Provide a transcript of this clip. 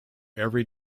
every